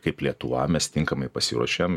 kaip lietuva mes tinkamai pasiruošėm